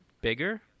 bigger